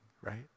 right